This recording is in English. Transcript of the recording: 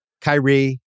Kyrie